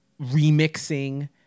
remixing